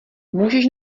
můžeš